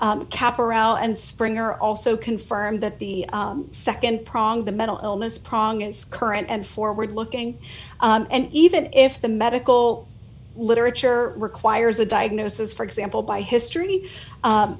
out and springer also confirmed that the nd prong the mental illness prong is current and forward looking and even if the medical literature requires a diagnosis for example by history